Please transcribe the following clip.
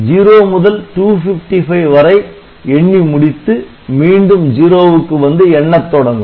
0 முதல் 255 வரை எண்ணி முடித்து மீண்டும் 0 க்கு வந்து எண்ணத் தொடங்கும்